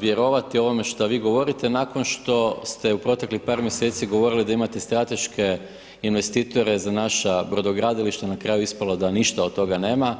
vjerovati ovome što vi govorite nakon što ste u proteklih par mjeseci govorili da imate strateške investitore za naša Brodogradilišta, na kraju je ispalo da ništa od toga nema.